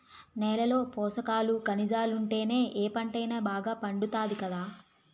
నేలలో పోసకాలు, కనిజాలుంటేనే ఏ పంటైనా బాగా పండుతాది కదా